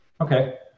Okay